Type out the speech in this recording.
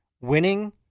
winning